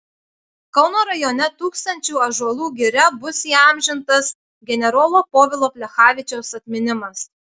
kauno rajone tūkstančių ąžuolų giria bus įamžintas generolo povilo plechavičiaus atminimas